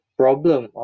problem